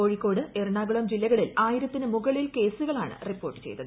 കോഴിക്കോട് എറണാകുളം ജില്ലകളിൽ ആയിരത്തിന് മുകളിൽ കേസുകളാണ് റിപ്പോർട്ട് ചെയ്തത്